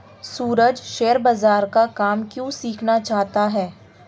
सूरज share बाजार का काम क्यों सीखना चाहता है?